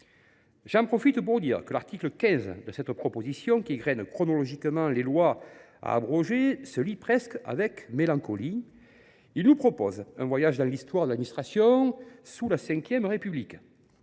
de sécurité juridique. L’article 15, qui égraine chronologiquement les lois à abroger, se lit presque avec mélancolie. Il nous propose un voyage dans l’histoire de l’administration sous la V République.